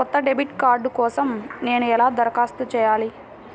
కొత్త debit card కోసం నేను ఎలా దరఖాస్తు చేయాలి?